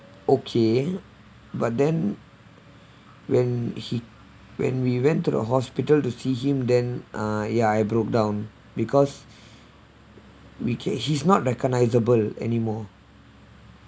okay but then when he when we went to the hospital to see him then uh ya I broke down because we can he's not recognisable anymore